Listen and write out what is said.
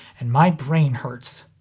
and my brain hurts.